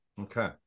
Okay